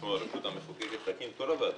עצמו ורשות מחוקקת להקים את כל הוועדות.